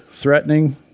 threatening